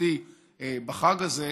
משפחתי בחג הזה,